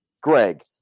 Greg